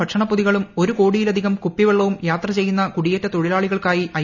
ഭക്ഷണപ്പൊതികളും ഒരു ക്ലോടിയിലധികം കുപ്പി കുടിവെള്ളവും യാത്ര ചെയ്യുന്ന കുടിയേറ്റ ക്യൂറ്റിലാളികൾക്കായി ഐ